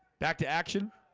back to action